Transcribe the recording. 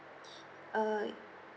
uh